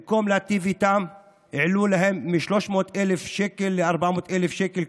במקום להיטיב איתם העלו להם מ-300,000 שקל ל-400,000 שקל,